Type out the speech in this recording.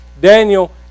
Daniel